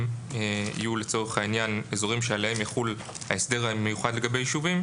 שהם יהיו לצורך העניין אזורים עליהם יחול ההסדר המיוחד לגבי יישובים